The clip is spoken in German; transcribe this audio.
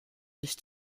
sich